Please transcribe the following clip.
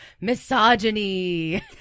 misogyny